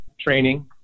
training